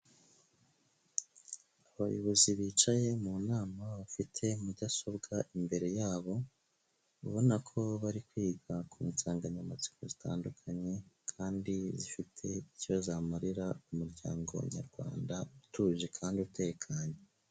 Abayobozi bicaye mu nama bafite mudasobwa imbere yabo, ubona ko bari kwiga ku nsanganyamatsiko zitandukanye kandi zifite icyo zamarira umuryango nyarwanda utuje kandi utekanye.